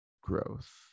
growth